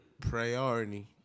Priority